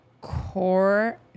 Core